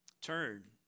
turn